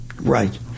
Right